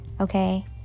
okay